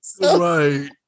Right